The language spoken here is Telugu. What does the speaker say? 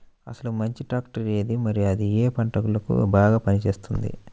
అసలు మంచి ట్రాక్టర్ ఏది మరియు అది ఏ ఏ పంటలకు బాగా పని చేస్తుంది?